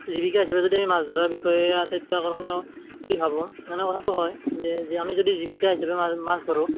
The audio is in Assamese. জীৱিকা হিচাপে যদি আমি মাছ ধৰাৰ বিষয়ে আটাইতকৈ আকৰ্ষণীয় বুলি ভাবো মানে কথাটো হয় যে যে আমি যদি জীৱিকা হিচাপে মা মাছ ধৰোঁ